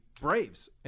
Braves